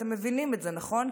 אתם מבינים את זה, נכון?